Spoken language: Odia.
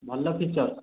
ଭଲ ଫିଚର୍